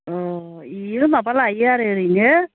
अह बियो माबा लायो आरो ओरैनो